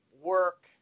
work